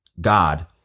God